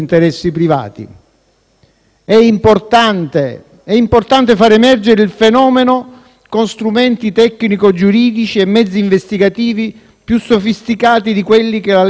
È importante far emergere il fenomeno con strumenti tecnico-giuridici e mezzi investigativi più sofisticati di quelli che la legge oggi consente,